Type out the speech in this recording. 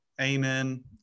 Amen –